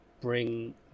bring